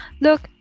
Look